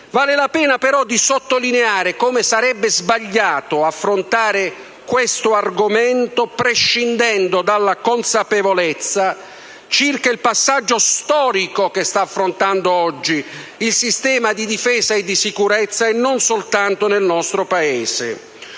Vale la pena però sottolineare come sarebbe sbagliato affrontare questo argomento prescindendo dalla consapevolezza circa il passaggio storico che sta affrontando oggi il sistema di difesa e di sicurezza, non soltanto nel nostro Paese.